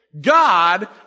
God